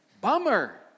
Bummer